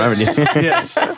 Yes